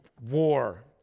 war